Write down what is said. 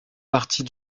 partie